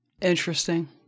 Interesting